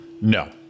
No